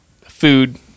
food